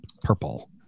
purple